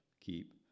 Keep